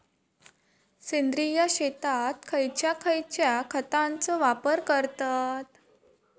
सेंद्रिय शेतात खयच्या खयच्या खतांचो वापर करतत?